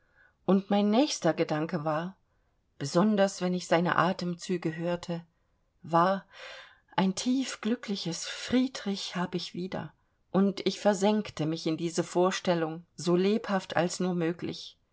und mein nächster gedanke war besonders wenn ich seine atemzüge hörte war ein tiefglückliches friedrich hab ich wieder und ich versenkte mich in diese vorstellung so lebhaft als nur möglich